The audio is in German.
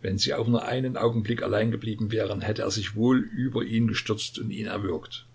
wenn sie auch nur einen augenblick allein geblieben wären hätte er sich wohl über ihn gestürzt und ihn erwürgt